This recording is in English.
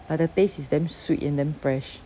like the taste is damn sweet and damn fresh